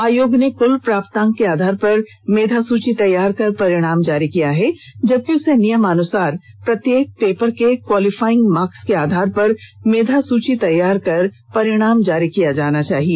आयोग ने क्ल प्राप्तांक के आधार पर मेघा सूची तैयार कर परिणाम जारी किया है जबकि उसे नियमानुसार प्रत्येक पेपर के क्वालीफाइंग मार्क्स के आधार पर मेधा सुची तैयार कर परिणाम जारी किया जाना चाहिए